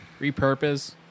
repurpose